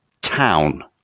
town